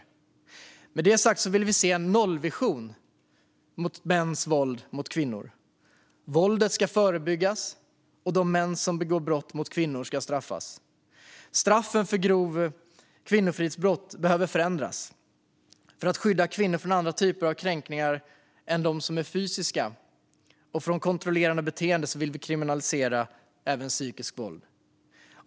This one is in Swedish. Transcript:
Socialdemokraterna vill se en nollvision mot mäns våld mot kvinnor. Våldet ska förebyggas, och de män som begår brott mot kvinnor ska straffas. Straffen för grovt kvinnofridsbrott behöver förändras. För att skydda kvinnor från andra typer av kränkningar än de som är fysiska och från kontrollerande beteende vill vi även kriminalisera psykiskt våld.